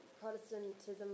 Protestantism